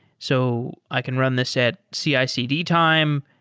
so i can run this at cicd time,